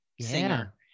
singer